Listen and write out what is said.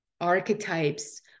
archetypes